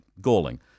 galling